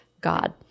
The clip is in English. God